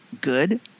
good